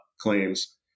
claims